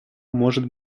может